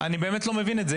אני באמת לא מבין את זה.